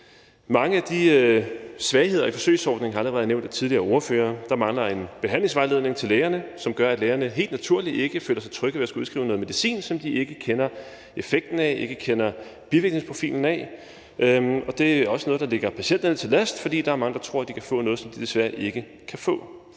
Mange af de svagheder, der er i forsøgsordningen, er allerede nævnt af tidligere ordførere. Der mangler en behandlingsvejledning til lægerne, hvilket gør, at lægerne helt naturligt ikke føler sig trygge ved at skulle udskrive noget medicin, som de ikke kender effekten af, ikke kender bivirkningsprofilen af. Det er også noget, der ligger patienterne til last, fordi der er mange, der tror, at de kan få noget, som de desværre ikke kan få.